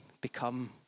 become